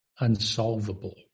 unsolvable